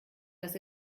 dass